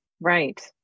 Right